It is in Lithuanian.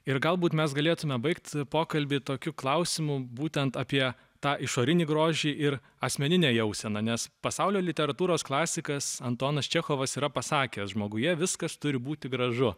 ir galbūt mes galėtume baigt pokalbį tokiu klausimu būtent apie tą išorinį grožį ir asmeninę jauseną nes pasaulio literatūros klasikas antonas čechovas yra pasakęs žmoguje viskas turi būti gražu